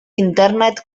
internet